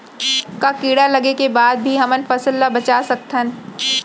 का कीड़ा लगे के बाद भी हमन फसल ल बचा सकथन?